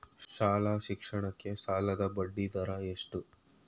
ಶಾಲಾ ಶಿಕ್ಷಣಕ್ಕೆ ಸಾಲದ ಬಡ್ಡಿದರ ಎಷ್ಟು?